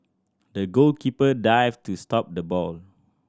the goalkeeper dived to stop the ball